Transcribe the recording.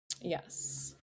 Yes